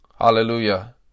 Hallelujah